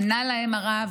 ענה להם הרב: